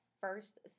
first